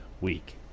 week